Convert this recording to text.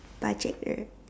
budget uh